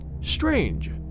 strange